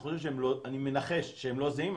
אני מנחש שהם לא זהים.